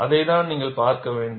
அதைத்தான் நீங்கள் பார்க்க வேண்டும்